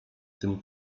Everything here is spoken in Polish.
tym